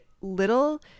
little